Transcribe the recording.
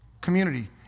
community